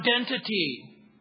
identity